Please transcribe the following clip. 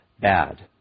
bad